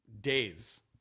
Days